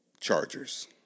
Chargers